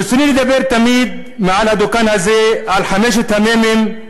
תמיד ברצוני לדבר מעל הדוכן הזה על חמשת המ"מים,